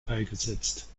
beigesetzt